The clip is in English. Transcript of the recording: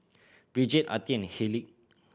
Brigid Artie and Haleigh